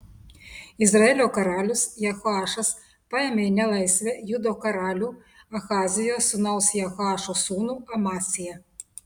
izraelio karalius jehoašas paėmė į nelaisvę judo karalių ahazijo sūnaus jehoašo sūnų amaciją